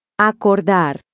Acordar